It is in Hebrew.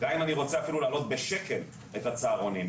גם אם אני רוצה אפילו לעלות בשקל את הצהרונים,